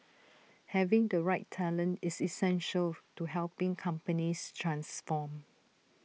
having the right talent is essential to helping companies transform